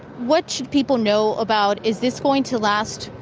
what should people know about is this going to last,